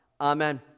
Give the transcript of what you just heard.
amen